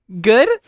good